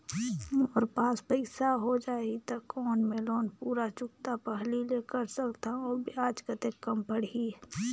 मोर पास पईसा हो जाही त कौन मैं लोन पूरा चुकता पहली ले कर सकथव अउ ब्याज कतेक कम पड़ही?